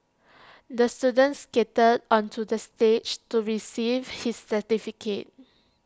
the student skated onto the stage to receive his certificate